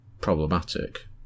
problematic